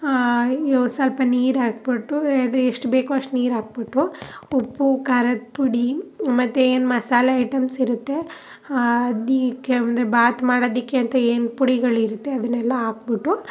ಹಾಂ ಇವು ಸ್ವಲ್ಪ ನೀರು ಹಾಕಿಬಿಟ್ಟು ಯಾವ್ದು ಎಷ್ಟು ಬೇಕೋ ಅಷ್ಟು ನೀರು ಹಾಕಿಬಿಟ್ಟು ಉಪ್ಪು ಖಾರದ ಪುಡಿ ಮತ್ತೆ ಏನು ಮಸಾಲೆ ಐಟಮ್ಸ್ ಇರುತ್ತೆ ಅದಕ್ಕೆ ಅಂದರೆ ಬಾತ್ ಮಾಡೋದಕ್ಕೆ ಅಂತ ಏನು ಪುಡಿಗಳಿರುತ್ತೆ ಅದನ್ನೆಲ್ಲ ಹಾಕ್ಬಿಟ್ಟು